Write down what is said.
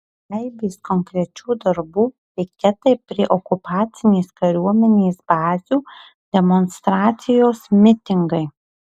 aibės konkrečių darbų piketai prie okupacinės kariuomenės bazių demonstracijos mitingai